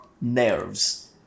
nerves